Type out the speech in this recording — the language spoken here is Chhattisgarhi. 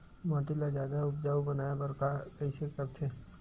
माटी ला जादा उपजाऊ बनाय बर कइसे करथे?